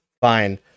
Fine